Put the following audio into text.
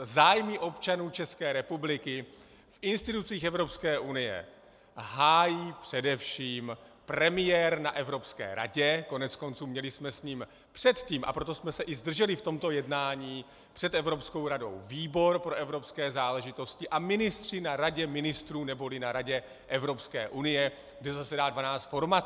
Zájmy občanů České republiky v institucích Evropské unie hájí především premiér na Evropské radě koneckonců měli jsme s ním předtím, a proto jsme se i zdrželi v tomto jednání, před Evropskou radou výbor pro evropské záležitosti , a ministři na radě ministrů neboli na Radě Evropské unie, kde zasedá 12 formací.